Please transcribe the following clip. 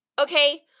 okay